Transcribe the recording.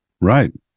right